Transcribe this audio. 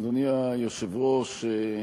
אדוני היושב-ראש,